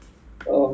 okay I clap I clap ah